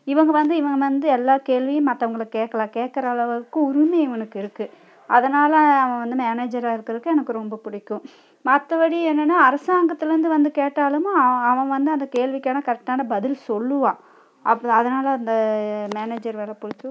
இவங்க வந்து எல்லா கேள்வியும் மற்றவுங்கள கேட்கலாம் கேட்கற அளவுக்கு உரிமை இவனுக்கு இருக்குது அதனால் அவன் வந்து மேனேஜராக இருக்கிறதுக்கு எனக்கு ரொம்ப பிடிக்கும் மற்றபடி என்னன்னால் அரசாங்கத்துலேருந்து வந்து கேட்டாலும் அவன் வந்து அந்த கேள்விக்கான கரெக்டான பதில் சொல்லுவான் அப் அதனால் அந்த மேனேஜர் வேலை பிடிக்கும்